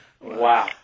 Wow